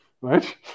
right